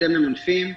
אתם ממנפים פי,